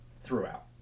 throughout